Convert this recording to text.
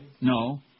No